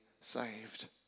saved